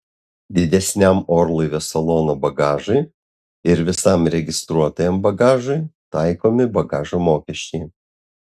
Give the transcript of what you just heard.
didesniam orlaivio salono bagažui ir visam registruotajam bagažui taikomi bagažo mokesčiai